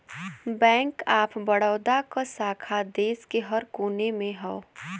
bank of Baroda क शाखा देश के हर कोने में हौ